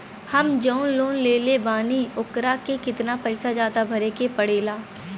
हम जवन लोन लेले बानी वोकरा से कितना पैसा ज्यादा भरे के पड़ेला?